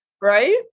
Right